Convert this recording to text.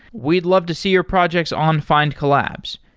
we'd love to see your projects on findcollabs.